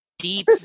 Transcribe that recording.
deep